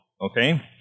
okay